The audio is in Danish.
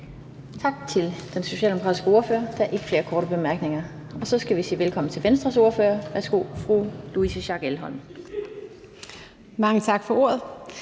Tak til den socialdemokratiske ordfører. Der er ikke flere korte bemærkninger. Og så skal vi sige velkommen til Venstres ordfører. Værsgo til fru Louise Schack Elholm. Kl. 20:16 (Ordfører)